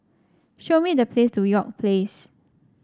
show me The Place to York Place